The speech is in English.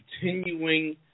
continuing